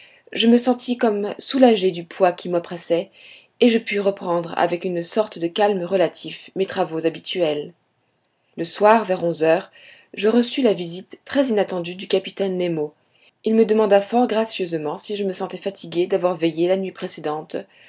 je me sentis comme soulagé du poids qui m'oppressait et je pus reprendre avec une sorte de calme relatif mes travaux habituels le soir vers onze heures je reçus la visite très inattendue du capitaine nemo il me demanda fort gracieusement si je me sentais fatigué d'avoir veillé la nuit précédente